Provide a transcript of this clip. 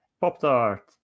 Pop-Tart